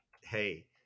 hey